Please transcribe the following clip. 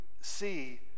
see